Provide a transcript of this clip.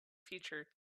future